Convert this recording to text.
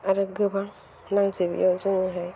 आरो गोबां नांजोबियाव जोङोहाय